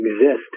exist